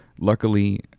Luckily